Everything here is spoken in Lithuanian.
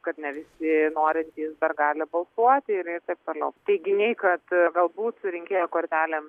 kad ne visi norintys dar gali balsuoti ir taip toliau teiginiai kad galbūt su rinkėjų kortelėm